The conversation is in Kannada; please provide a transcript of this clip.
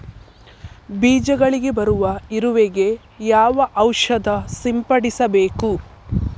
ಬೀಜಗಳಿಗೆ ಬರುವ ಇರುವೆ ಗೆ ಯಾವ ಔಷಧ ಸಿಂಪಡಿಸಬೇಕು?